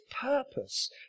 purpose